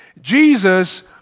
Jesus